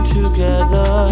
together